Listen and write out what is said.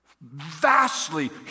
Vastly